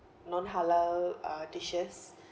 non halal um dishes